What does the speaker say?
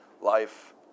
life